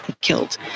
killed